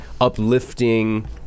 uplifting